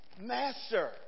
Master